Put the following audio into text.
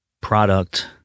product